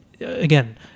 again